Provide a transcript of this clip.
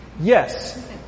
yes